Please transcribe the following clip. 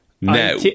Now